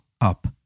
up